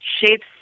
shapes